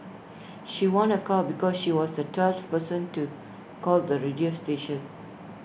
she won A car because she was the twelfth person to call the radio station